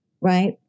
right